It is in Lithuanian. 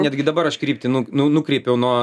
netgi dabar aš kryptį nu nu nukreipiau nuo